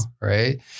Right